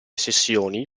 sessioni